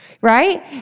right